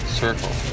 circle